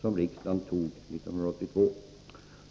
som riksdagen tog 1982.